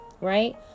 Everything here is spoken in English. right